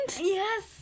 Yes